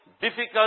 difficult